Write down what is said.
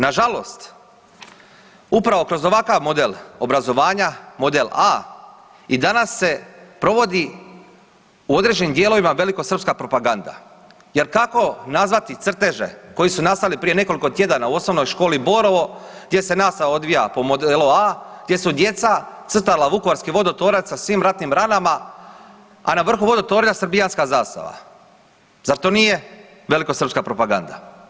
Nažalost, upravo kroz ovakav model obrazovanja, model A i danas se provodi u određenim dijelovima velikosrpska propaganda jer kako nazvati crteže koji su nastali prije nekoliko tjedana u OŠ „Borovo“ gdje se nastava odvija po modelu A, gdje su djeca crtala Vukovarski vodotoranj sa svim ratnim ranama, a na vrhu vodotornja srbijanska zastava, zar to nije velikosrpska propaganda?